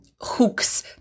hooks